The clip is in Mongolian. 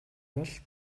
бол